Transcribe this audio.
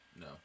No